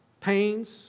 pains